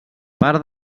part